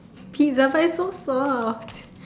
pizza but it is so soft